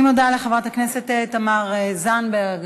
אני מודה לחברת הכנסת תמר זנדברג.